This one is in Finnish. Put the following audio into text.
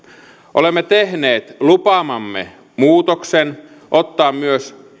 olemme tehneet lupaamamme muutoksen otamme myös